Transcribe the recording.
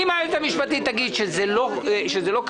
אם היועצת המשפטית תגיד שזה לא כשר מבחינה משפטית,